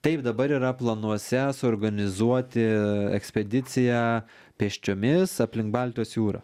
taip dabar yra planuose suorganizuoti ekspediciją pėsčiomis aplink baltijos jūrą